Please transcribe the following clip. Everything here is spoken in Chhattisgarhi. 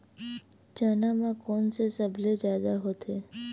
चना म कोन से सबले जादा होथे?